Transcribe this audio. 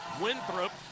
Winthrop